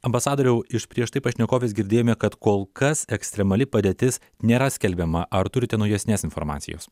ambasadoriau iš prieš tai pašnekovės girdėjome kad kol kas ekstremali padėtis nėra skelbiama ar turite naujesnės informacijos